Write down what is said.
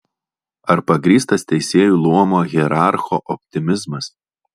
ar pagrįstas teisėjų luomo hierarcho optimizmas